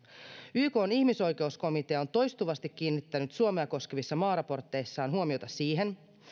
ykn ihmisoikeuskomitea on toistuvasti kiinnittänyt suomea koskevissa maaraporteissaan huomiota siihen